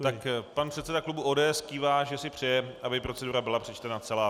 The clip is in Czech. Tak pan předseda klubu ODS kývá, že si přeje, aby procedura byla přečtena celá.